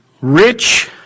rich